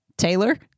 Taylor